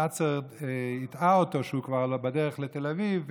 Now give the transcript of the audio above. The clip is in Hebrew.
נאצר הטעה אותו שהוא כבר בדרך לתל אביב,